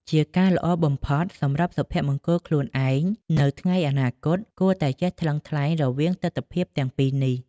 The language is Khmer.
ជាការល្អបំផុតសម្រាប់សុភមង្គលខ្លួនឯងនៅថ្ងៃអនាគត គួរតែចេះថ្លឹងថ្លែងរវាងទិដ្ឋភាពទាំងពីរនេះ។